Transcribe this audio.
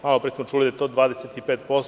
Malopre smo čuli da je to 25%